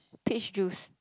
peach juice